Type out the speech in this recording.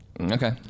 okay